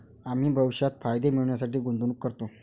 आम्ही भविष्यात फायदे मिळविण्यासाठी गुंतवणूक करतो